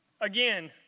Again